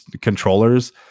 controllers